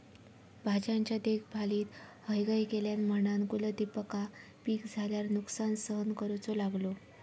भाज्यांच्या देखभालीत हयगय केल्यान म्हणान कुलदीपका पीक झाल्यार नुकसान सहन करूचो लागलो